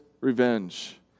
revenge